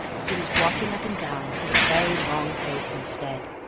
he was walking up and down with a very long face instead.